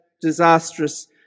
disastrous